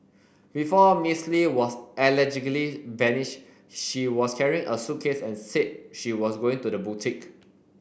before Miss Li was allegedly vanished she was carrying a suitcase and said she was going to the boutique